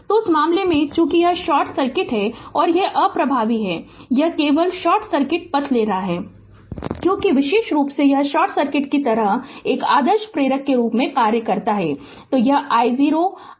तो उस मामले में चूंकि यह शॉर्ट सर्किट है यह अप्रभावी होगा यह केवल शॉर्ट सर्किट पथ लेना है क्योंकि विशेष रूप से यह शॉर्ट सर्किट की तरह एक आदर्श प्रेरक के रूप में कार्य करता है